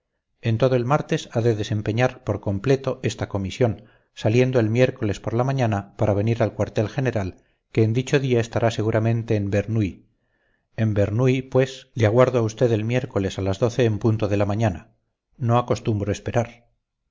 en todo el martes ha de desempeñar por completo esta comisión saliendo el miércoles por la mañana para venir al cuartel general que en dicho día estará seguramente en bernuy en bernuy pues le aguardo a usted el miércoles a las doce en punto de la mañana no acostumbro esperar